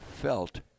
felt